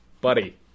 buddy